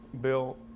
Bill